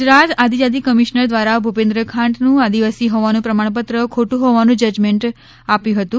ગુજરાત આદિજાતિ કમિશનર દ્વારા ભુપેન્દ્ર ખાંટનું આદિવાસી હોવાનું પ્રમાણપત્ર ખોટું હોવાનું જજમેન્ટ આપ્યું હતું